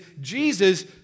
Jesus